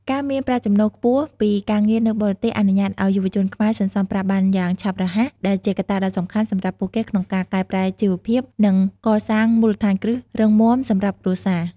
ការមានប្រាក់ចំណូលខ្ពស់ពីការងារនៅបរទេសអនុញ្ញាតឱ្យយុវជនខ្មែរសន្សំប្រាក់បានយ៉ាងឆាប់រហ័ស ដែលជាកត្តាដ៏សំខាន់សម្រាប់ពួកគេក្នុងការកែប្រែជីវភាព និងកសាងមូលដ្ឋានគ្រឹះរឹងមាំសម្រាប់គ្រួសារ។